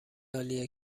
عالیه